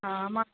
हा मां